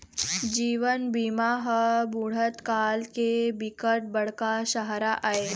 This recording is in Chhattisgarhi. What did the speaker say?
जीवन बीमा ह बुढ़त काल के बिकट बड़का सहारा आय